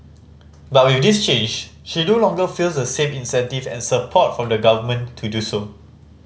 but with this change she no longer feels the same incentive and support from the Government to do so